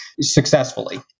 successfully